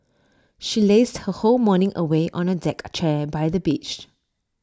she lazed her whole morning away on A deck chair by the beach